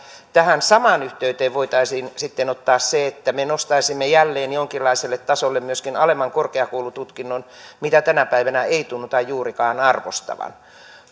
tähän samaan yhteyteen voitaisiin sitten ottaa se että me nostaisimme jälleen jonkinlaiselle tasolle myöskin alemman korkeakoulututkinnon jota tänä päivänä ei tunnuta juurikaan arvostettavan